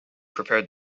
prepared